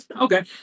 Okay